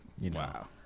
Wow